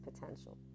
potential